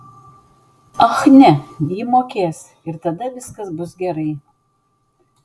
ach ne ji mokės ir tada viskas bus gerai